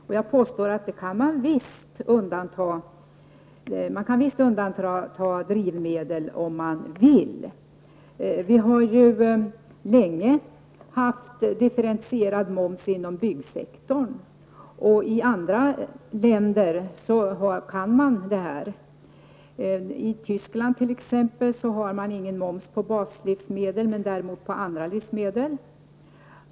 Men jag påstår att man visst kan undanta drivmedel om man vill. Vi har ju länge haft en differentierad moms inom byggsektorn, och i andra länder är detta möjligt. I Tyskland har man t.ex. ingen moms på baslivsmedel men däremot på andra livsmedel.